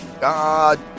God